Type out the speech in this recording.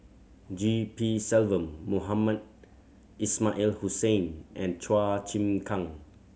G P Selvam Mohamed Ismail Hussain and Chua Chim Kang